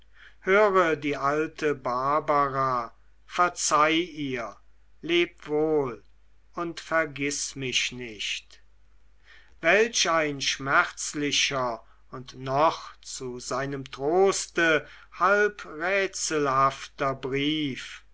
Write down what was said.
höre die alte barbara verzeih ihr leb wohl und vergiß mich nicht welch ein schmerzlicher und noch zu seinem troste halb rätselhafter brief